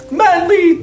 manly